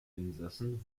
insassen